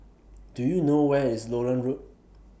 Do YOU know Where IS Lowland Road